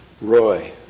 Roy